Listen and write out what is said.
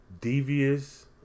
devious